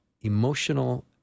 emotional